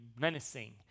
menacing